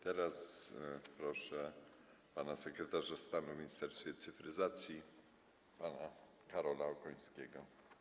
Teraz proszę sekretarza stanu w Ministerstwie Cyfryzacji pana Karola Okońskiego.